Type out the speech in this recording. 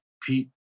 Pete